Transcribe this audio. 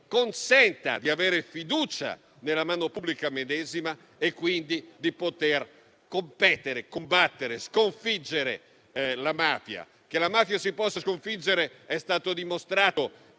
consentano di avere fiducia nella mano pubblica e quindi di poter competere, combattere, sconfiggere la mafia. Che la mafia si possa sconfiggere è stato dimostrato